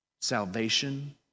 Salvation